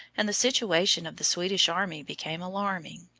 and the situation of the swedish army became alarming.